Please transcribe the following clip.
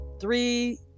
three